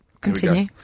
Continue